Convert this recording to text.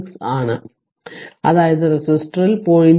256 ആണ് അതായത് റെസിസ്റ്ററിൽ 0